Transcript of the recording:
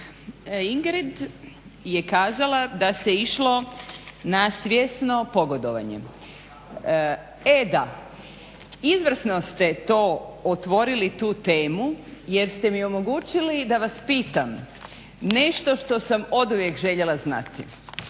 Ingrid je kazala da se išlo na svjesno pogodovanje. E da, izvrsno ste to otvorili tu temu jer ste mi omogućili da vas pitam nešto što sam oduvijek željela znati.